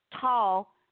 tall